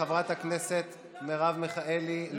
כן, חברת הכנסת מרב מיכאלי לא משתתפת.